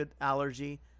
allergy